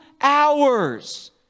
hours